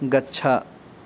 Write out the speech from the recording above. गच्छ